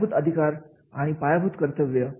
पायाभूत अधिकार आणि पायाभूत कर्तव्य